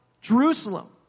Jerusalem